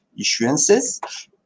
issuances